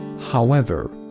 however,